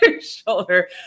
shoulder